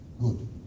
Good